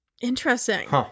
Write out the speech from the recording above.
Interesting